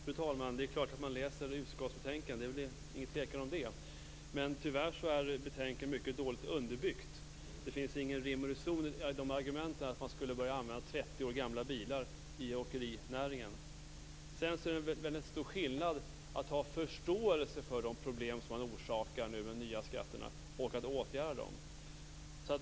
Fru talman! Det är klart att man läser utskottsbetänkandet - det är inget tvivel om det. Tyvärr är betänkandet mycket dåligt underbyggt. Det finns ingen rim och reson i argumentet att man skulle börja använda 30 år gamla bilar i åkerinäringen. Det är en väldigt stor skillnad mellan att ha förståelse för de problem som orsakas i och med de nya skatterna och att åtgärda dem.